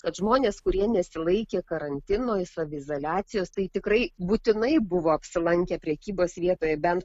kad žmonės kurie nesilaikė karantino saviizoliacijos tai tikrai būtinai buvo apsilankę prekybos vietoje bent